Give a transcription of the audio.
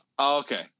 Okay